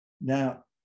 Now